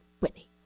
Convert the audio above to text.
Whitney